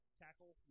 tackle